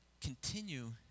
continue